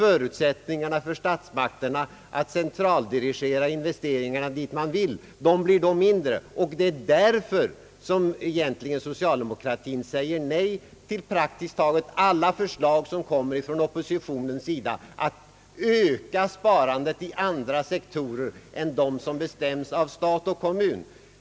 Statsmakternas möjligheter att centraldirigera investeringarna dit man vill blir då mindre, och det är egentligen därför som socialdemokratin säger nej till praktiskt taget alla förslag från oppositionen om ökning av sparandet i andra sektorer än dem som bestäms av stat och kommun.